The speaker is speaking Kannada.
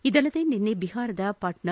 ಇದಲ್ಲದೇ ನಿನ್ನೆ ಬಿಹಾರದ ಪಾಟ್ನಾ